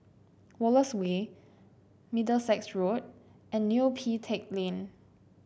Wallace Way Middlesex Road and Neo Pee Teck Lane